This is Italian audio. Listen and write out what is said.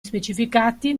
specificati